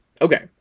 Okay